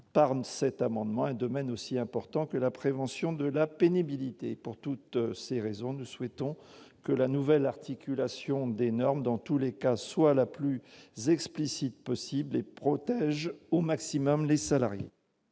dans cette liste un domaine aussi important que la prévention de la pénibilité. Pour toutes ces raisons, nous souhaitons que la nouvelle articulation des normes soit dans tous les cas la plus explicite possible et qu'elle protège au maximum les salariés.